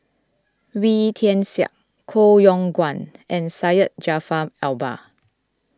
Wee Tian Siak Koh Yong Guan and Syed Jaafar Albar